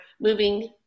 moving